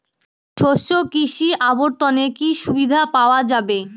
শস্য কৃষি অবর্তনে কি সুবিধা পাওয়া যাবে?